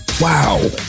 wow